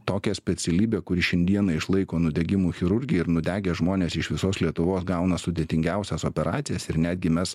tokią specialybę kuri šiandieną išlaiko nudegimų chirurgiją ir nudegę žmonės iš visos lietuvos gauna sudėtingiausias operacijas ir netgi mes